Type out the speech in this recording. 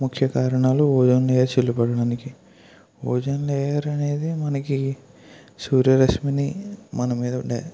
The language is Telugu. ముఖ్య కారణాలు ఓజోన్ లేయర్ చిల్లు పడడానికి ఓజోన్ లేయర్ అనేది మనకి సూర్యరశ్మిని మన మీద ఉండే